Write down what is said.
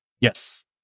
yes